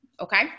okay